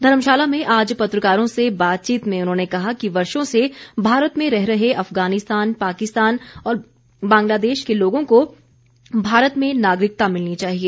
धर्मशाला में आज पत्रकारों से बातचीत में उन्होंने कहा कि वर्षो से भारत में रह रहे अफगानिस्तान पाकिस्तान और बांग्लादेश के लोगों को भारत में नागरिकता मिलनी चाहिए